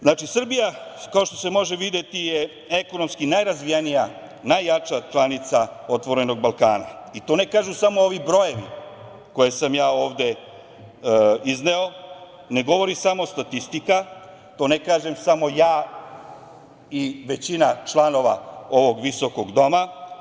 Znači, Srbija, kao što se može videti je ekonomski najrazvijenija, najjača članica „Otvorenog Balkana“ i to ne kažu samo ovi brojevi koje sam ja ovde izneo, ne govori samo statistika, to ne kažem samo ja i većina članova ovog visokog doma.